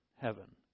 heaven